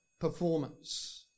performance